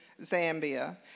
Zambia